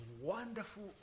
wonderful